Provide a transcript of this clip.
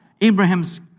Abraham's